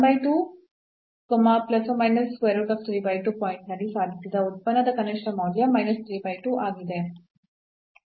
point ನಲ್ಲಿ ಸಾಧಿಸಿದ ಉತ್ಪನ್ನದ ಕನಿಷ್ಠ ಮೌಲ್ಯ ಆಗಿದೆ